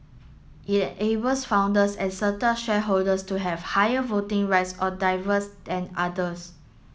it enables founders and certain shareholders to have higher voting rights or diverse than others